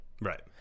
right